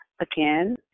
Again